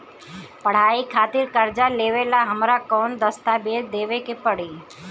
पढ़ाई खातिर कर्जा लेवेला हमरा कौन दस्तावेज़ देवे के पड़ी?